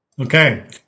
Okay